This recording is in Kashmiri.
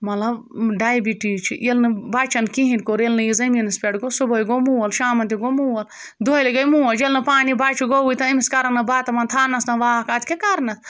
مطلب ڈایبِٹیٖز چھِ ییٚلہِ نہٕ بَچَن کِہیٖنۍ کوٚر ییٚلہِ نہٕ یہِ زٔمیٖنَس پٮ۪ٹھ گوٚو صُبحٲے گوٚو مول شامَن تہِ گوٚو مول دۄہلہِ گٔے موج ییٚلہِ نہٕ پانہٕ یہِ بَچہِ گوٚوُے تہٕ أمِس کَرن نہٕ بَتہٕ بنٛد تھَونَس نہٕ واک اَدٕ کیٛاہ کَرنَس